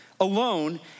alone